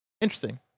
Interesting